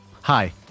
Hi